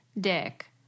dick